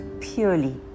purely